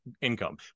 income